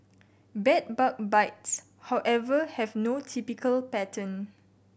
bed bug bites however have no typical pattern